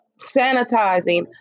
sanitizing